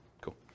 Cool